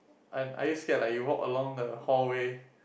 are are you scared like you walk along the hallway